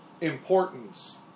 importance